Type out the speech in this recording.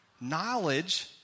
knowledge